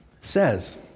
says